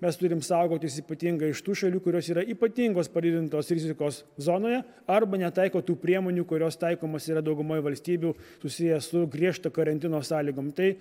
mes turim saugotis ypatingai iš tų šalių kurios yra ypatingos padidintos rizikos zonoje arba netaiko tų priemonių kurios taikomos yra daugumoj valstybių susiję su griežto karantino sąlygom tai